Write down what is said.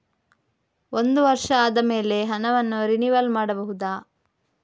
ಒಂದು ವರ್ಷ ಆದಮೇಲೆ ಹಣವನ್ನು ರಿನಿವಲ್ ಮಾಡಬಹುದ?